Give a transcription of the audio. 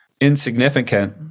insignificant